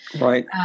Right